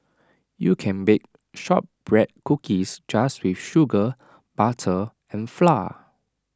you can bake Shortbread Cookies just with sugar butter and flour